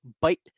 bite